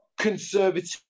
conservative